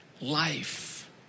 life